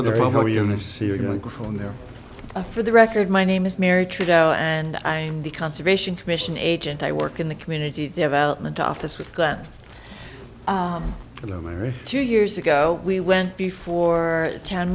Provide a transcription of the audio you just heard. there for the record my name is mary trudeau and i'm the conservation commission agent i work in the community development office with that two years ago we went before the town